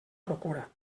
procura